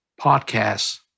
podcasts